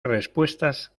respuestas